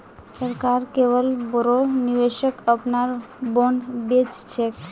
सरकार केवल बोरो निवेशक अपनार बॉन्ड बेच छेक